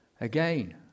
again